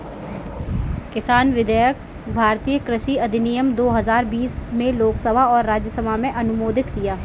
किसान विधेयक भारतीय कृषि अधिनियम दो हजार बीस में लोकसभा और राज्यसभा में अनुमोदित किया